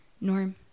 Norm